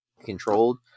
controlled